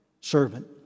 servant